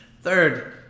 Third